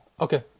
Okay